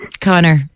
Connor